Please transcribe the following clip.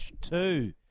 two